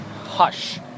Hush